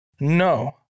no